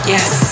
Yes